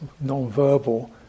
non-verbal